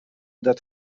that